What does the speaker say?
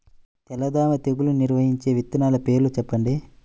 తెల్లదోమ తెగులును నివారించే విత్తనాల పేర్లు చెప్పండి?